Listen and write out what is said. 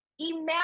Imagine